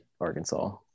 Arkansas